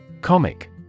Comic